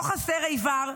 לא חסר איבר,